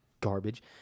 garbage